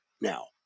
now